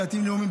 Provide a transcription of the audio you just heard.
דתיים-לאומיים.